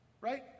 Right